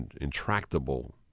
intractable